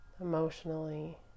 emotionally